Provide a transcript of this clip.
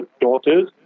daughters